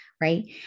Right